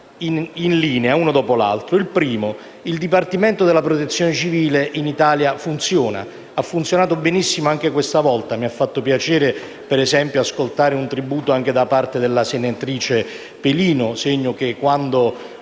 in linea, uno dopo l'altro. In primo luogo, il dipartimento della Protezione civile in Italia funziona, ha funzionato benissimo anche questa volta. Mi ha fatto piacere, per esempio, ascoltare un tributo in tal senso anche da parte della senatrice Pelino, segno che quando